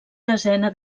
desena